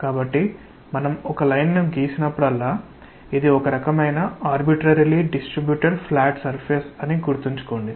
కాబట్టి మనము ఒక లైన్ ను గీసినప్పుడల్లా ఇది ఒక రకమైన ఆర్బిట్రారిలీ డిస్ట్రీబ్యుటెడ్ ఫ్లాట్ సర్ఫేస్ అని గుర్తుంచుకోండి